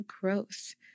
growth